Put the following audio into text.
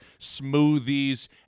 smoothies